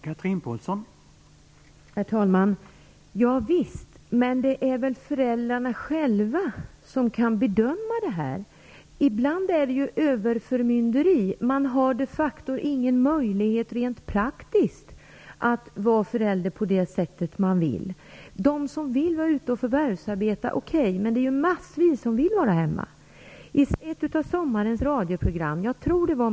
Herr talman! Ja visst, men det är ju föräldrarna själva som kan bedöma det. Ibland är det överförmynderi. De har de facto ingen möjlighet rent praktiskt att vara förälder på det sätt de vill. Det är okej med föräldrar som vill förvärvsarbeta, med det finns massvis av föräldrar som vill stanna hemma.